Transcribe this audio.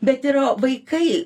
bet yra vaikai